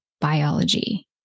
biology